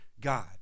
God